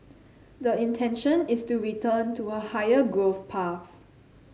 the intention is to return to a higher growth path